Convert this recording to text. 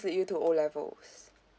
lead you to O levels